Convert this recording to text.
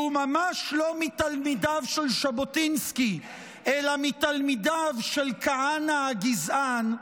שהוא ממש לא מתלמידיו של ז'בוטינסקי אלא מתלמידיו של כהנא הגזען,